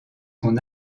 son